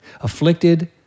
Afflicted